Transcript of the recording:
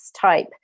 type